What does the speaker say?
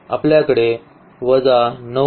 आपल्याकडे वजा 9